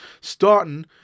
starting